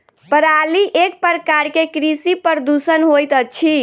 पराली एक प्रकार के कृषि प्रदूषण होइत अछि